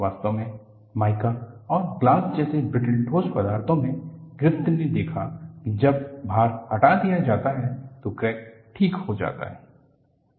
वास्तव में माइका और ग्लास जैसे ब्रिटल ठोस पदार्थों में ग्रिफ़िथ ने देखा कि जब भार हटा दिया जाता है तो क्रैक ठीक हो जाता है